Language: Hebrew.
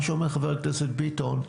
מה שאומר חבר הכנסת ביטון,